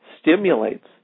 stimulates